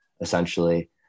essentially